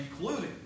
including